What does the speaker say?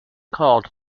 called